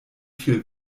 fiel